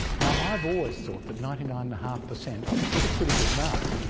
now i've always thought that ninety nine and a half per cent was a pretty good mark.